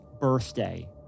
birthday